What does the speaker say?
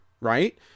Right